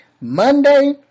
Monday